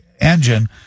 engine